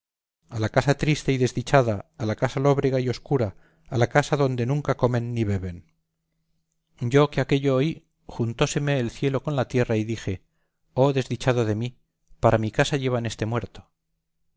a la casa triste y desdichada a la casa lóbrega y obscura a la casa donde nunca comen ni beben yo que aquello oí juntóseme el cielo con la tierra y dije oh desdichado de mí para mi casa llevan este muerto